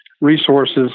resources